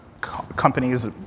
companies